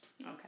Okay